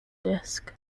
disk